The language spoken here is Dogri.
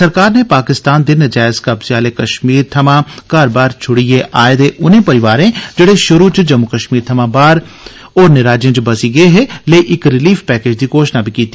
सरकार नै पाकिस्तान दे नजैज़ कब्जे आले कश्मीर थमां घर बााहर छोड़ी आए दे उनें परिवारें जेड़े शुरू च जम्मू कश्मीर थमां बाहर होरने राज्ये च बसी गे हे लेई इक रिलीफ पैकेज दी घोषणा कीती